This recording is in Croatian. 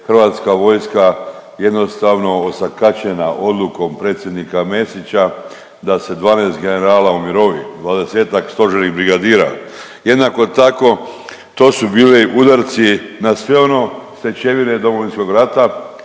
Hrvatska vojska jednostavno osakaćena odlukom predsjednika Mesića da se 12 generala umirovi, 20-tak stožernih brigadira. Jednako tako to su bili udarci na sve ono stečevine Domovinskog rata